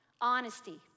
honesty